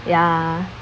ya